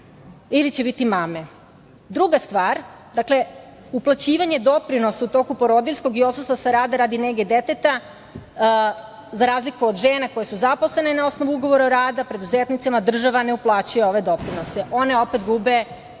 ili će biti mame. Druga stvar, uplaćivanje doprinosa u toku porodiljskog i odsustvo sa rada radi nege deteta, za razliku od žena koje su zaposlene na osnovu ugovora o radu, preduzetnicama država ne uplaćuje ove doprinose. One opet gube deo